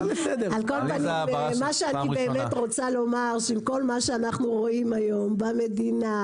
מה שאני באמת רוצה לומר זה שכול מה שאנחנו רואים היום במדינה,